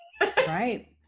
Right